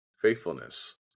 faithfulness